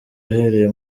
uhereye